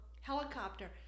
helicopter